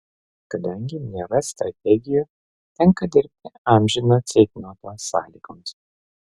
kadangi nėra strategijų tenka dirbti amžino ceitnoto sąlygomis